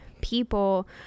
people